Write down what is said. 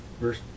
verse